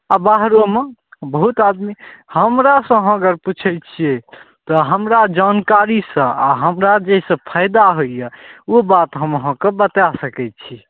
आओर बाहरोमे बहुत आदमी हमरासँ अहाँ अगर पुछय छियै तऽ हमरा जानकारीसँ आओर हमरा जैसँ फायदा होइए ओ बात हम अहाँके बता सकय छी